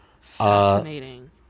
Fascinating